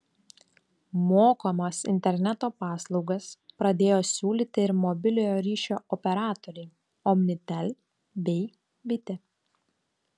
mokamas interneto paslaugas pradėjo siūlyti ir mobiliojo ryšio operatoriai omnitel bei bitė